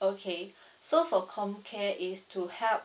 okay so for com care is to help